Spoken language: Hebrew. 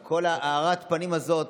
כל הארת הפנים הזאת,